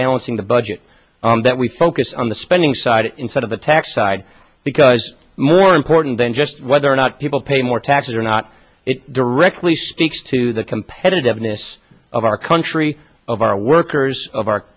balancing the budget that we focus on the spending side instead of the tax side because more important than just whether or not people pay more taxes or not it directly speaks to the competitiveness of our country of our workers of our